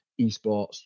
esports